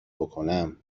بکنم